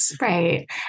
right